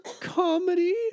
comedy